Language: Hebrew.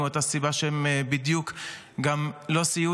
כי זה מאותה סיבה בדיוק שהם גם לא סייעו